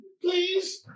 Please